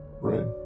right